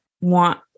want